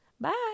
Bye